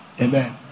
Amen